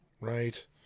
right